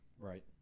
right